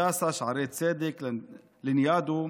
הדסה, שערי צדק, לניאדו,